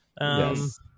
Yes